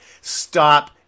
Stop